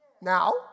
Now